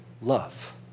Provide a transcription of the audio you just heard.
love